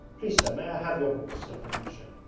please sir, may i have your horse said vanyusha,